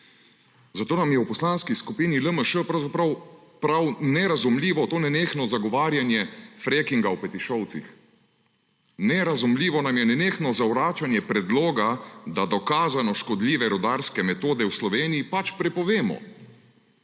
Zato nam je v Poslanski skupini LMŠ pravzaprav prav nerazumljivo to nenehno zagovarjanje frackinga v Petišovcih. Nerazumljivo nam je nenehno zavračanje predloga, da dokazano škodljive rudarske metode v Sloveniji pač prepovemo.